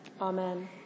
Amen